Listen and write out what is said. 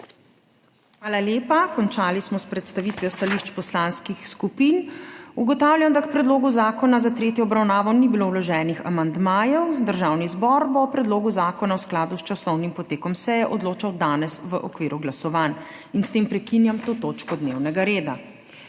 Hvala lepa. Končali smo s predstavitvijo stališč poslanskih skupin. Ugotavljam, da k predlogu zakona za tretjo obravnavo ni bilo vloženih amandmajev. Državni zbor bo o predlogu zakona v skladu s časovnim potekom seje odločal danes v okviru glasovanj. S tem prekinjam to točko dnevnega reda.